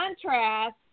contrast